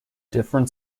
different